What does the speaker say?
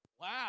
Wow